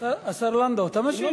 השר לנדאו, אתה משיב?